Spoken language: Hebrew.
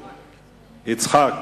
יצחק.